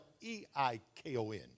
E-I-K-O-N